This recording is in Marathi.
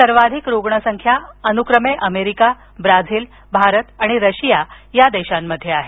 सर्वाधिक रुग्णसंख्या अनुक्रमे अमेरिका ब्राझील भारत आणि रशिया या देशांमध्ये आहे